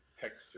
texture